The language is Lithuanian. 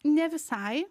ne visai